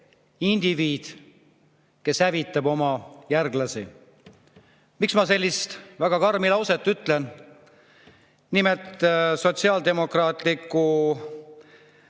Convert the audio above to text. indiviid, kes hävitab oma järglasi. Miks ma sellise väga karmi lause ütlen? Nimelt, Sotsiaaldemokraatliku